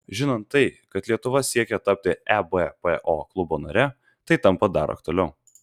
žinant tai kad lietuva siekia tapti ebpo klubo nare tai tampa dar aktualiau